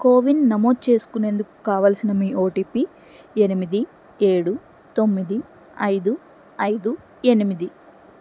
CoWIN నమోదు చేసుకునేందుకు కావలసిన మీ ఓటిపి ఎనిమిది ఏడు తొమ్మిది ఐదు ఐదు ఎనిమిది